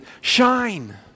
shine